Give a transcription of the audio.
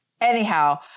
Anyhow